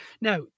Now